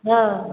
हाँ